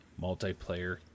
multiplayer